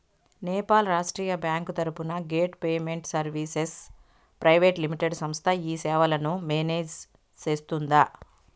నేపాల్ రాష్ట్రీయ బ్యాంకు తరపున gate payment services private limited సంస్థ ఈ సేవలను మేనేజ్ సేస్తుందా?